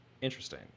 Interesting